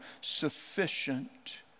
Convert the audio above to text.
sufficient